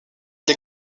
les